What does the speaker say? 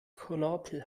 knorpel